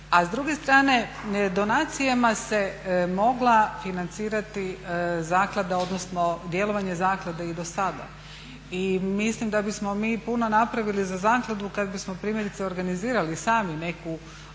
A s druge strane donacijama se mogla financirati zaklada odnosno djelovanje zaklade i do sada. i mislim da bismo mi puno napravili za zakladu kada bismo primjerice organizirali sami neku